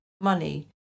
money